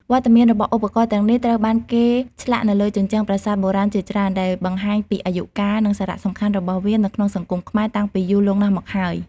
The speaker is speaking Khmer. វត្តមានរបស់ឧបករណ៍ទាំងនេះត្រូវបានគេឆ្លាក់នៅលើជញ្ជាំងប្រាសាទបុរាណជាច្រើន ដែលបង្ហាញពីអាយុកាល និងសារៈសំខាន់របស់វានៅក្នុងសង្គមខ្មែរតាំងពីយូរលង់ណាស់មកហើយ។